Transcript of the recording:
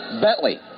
Bentley